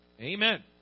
Amen